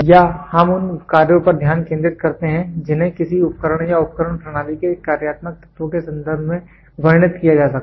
यहां हम उन कार्यों पर ध्यान केंद्रित करते हैं जिन्हें किसी उपकरण या उपकरण प्रणाली के कार्यात्मक तत्वों के संदर्भ में वर्णित किया जा सकता है